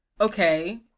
okay